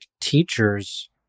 teachers